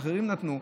לאחרים נתנו,